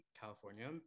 California